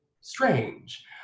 strange